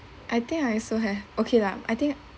I think I also have okay lah I think